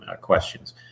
questions